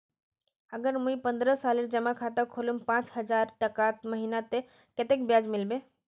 अगर मुई पन्द्रोह सालेर जमा खाता खोलूम पाँच हजारटका महीना ते कतेक ब्याज मिलबे?